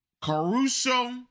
Caruso